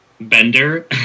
bender